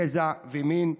גזע ומין.